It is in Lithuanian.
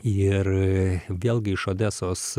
ir vėlgi iš odesos